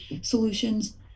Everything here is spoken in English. solutions